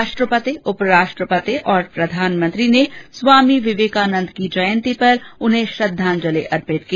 राष्ट्रपति उपराष्ट्रपति और प्रधानमंत्री ने स्वामी विवेकानंद की जयंती पर उन्हें श्रद्धांजलि अर्पित की